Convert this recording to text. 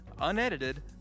unedited